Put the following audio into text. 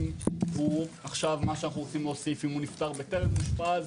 אם הוא עכשיו מה שאנחנו רוצים להוסיף זה אם הוא נפטר בטרם אושפז